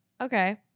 Okay